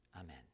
Amen